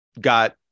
got